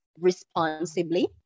responsibly